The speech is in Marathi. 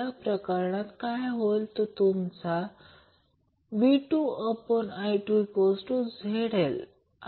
या प्रकरणात काय होईल तुमचा V2I2ZL